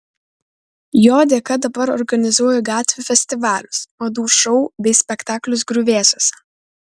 jo dėka dabar organizuoju gatvių festivalius madų šou bei spektaklius griuvėsiuose